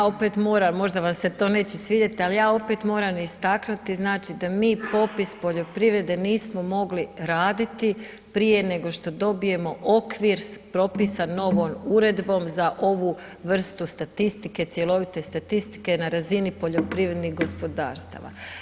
Evo ja opet moram, možda vam se to neće svidjeti ali ja opet moram istaknuti znači da mi popis poljoprivrede nismo mogli raditi prije nego što dobijemo okvir propisan novom uredbom za ovu vrst statistike, cjelovite statistike na razini poljoprivrednih gospodarstava.